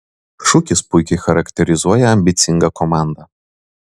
šūkis puikiai charakterizuoja ambicingą komandą